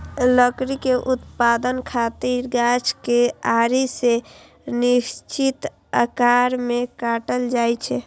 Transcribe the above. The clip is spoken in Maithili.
लकड़ी के उत्पादन खातिर गाछ कें आरी सं निश्चित आकार मे काटल जाइ छै